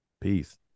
peace